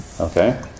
Okay